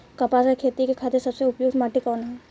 कपास क खेती के खातिर सबसे उपयुक्त माटी कवन ह?